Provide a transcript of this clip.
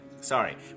Sorry